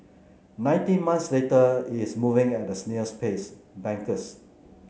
nineteen months later it's moving at a snail's pace bankers